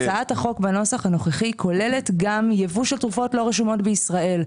הצעת החוק בנוסח הנוכחי כוללת גם ייבוא של תרופוות לא רשומות בישראל,